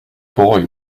boy